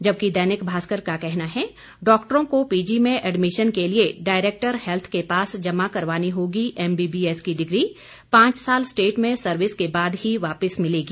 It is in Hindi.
जबकि दैनिक भास्कर का कहना है डॉक्टरों को पीजी में एडमिशन के लिए डायरेक्टर हेल्थ के पास जमा करवानी होगी एमबीबीएस की डिग्री पांच साल स्टेट में सर्विस के बाद ही वापस मिलेगी